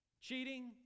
cheating